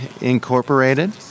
Incorporated